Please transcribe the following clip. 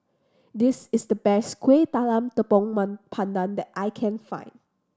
this is the best Kuih Talam tepong pandan that I can find